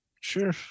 sure